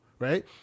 Right